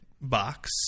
box